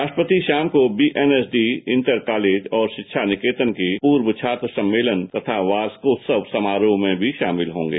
राष्ट्रपति शाम को B M S D inter college और शिक्षा निकेतन के पूर्व छात्र सम्मेलन तथा वार्षिकोत्सव समारोह में भी शामिल होंगे